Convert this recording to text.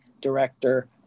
director